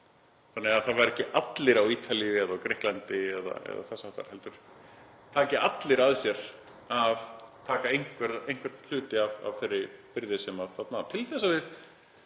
þannig að það séu ekki allir á Ítalíu eða í Grikklandi eða þess háttar heldur taki allir að sér að taka einhvern hluta af þeirri byrði sem þarna er til þess að við